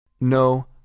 No